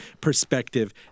perspective